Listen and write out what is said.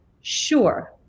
Sure